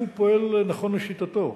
הוא פועל נכון לשיטתו.